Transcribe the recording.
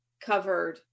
covered